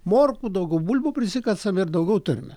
morkų daugiau bulvių prisikasam ir daugiau turime